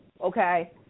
okay